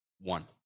One